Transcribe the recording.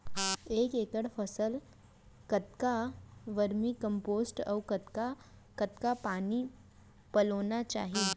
एक एकड़ फसल कतका वर्मीकम्पोस्ट अऊ कतका कतका पानी पलोना चाही?